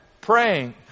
praying